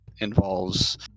involves